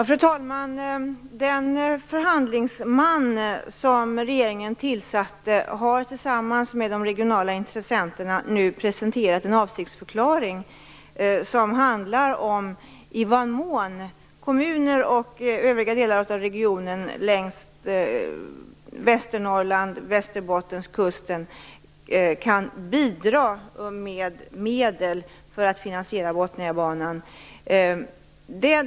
Fru talman! Den förhandlingsman som regeringen tillsatte har tillsammans med de regionala intressenterna nu presenterat en avsiktsförklaring som handlar om i vad mån kommuner och övriga delar av regionen längs Västernorrlands och Västerbottenskusten kan bidra med medel för att finansiera Botniabanan.